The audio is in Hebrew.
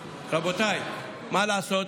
רבותיי, מה לעשות,